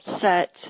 set